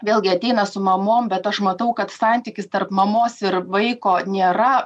vėlgi ateina su mamom bet aš matau kad santykis tarp mamos ir vaiko nėra